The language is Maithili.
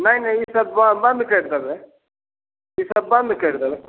नहि नहि ईसब बन्द कैरि देबै ईसब बन्द कैरि देबै